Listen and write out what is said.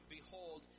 Behold